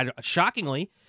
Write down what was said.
shockingly